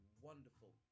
wonderful